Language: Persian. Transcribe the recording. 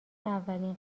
اولین